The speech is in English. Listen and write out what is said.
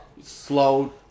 Slow-